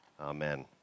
Amen